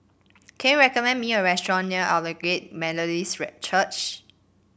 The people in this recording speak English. can you recommend me a restaurant near Aldersgate Methodist Church